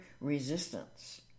resistance